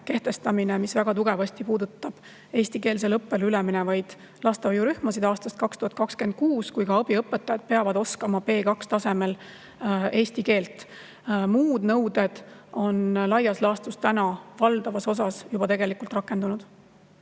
kehtestamine, mis väga tugevasti puudutab eestikeelsele õppele üle minevaid lastehoiurühmasid aastast 2026, kui ka abiõpetajad peavad oskama eesti keelt B2-tasemel. Muud nõuded on laias laastus valdavas osas juba rakendunud.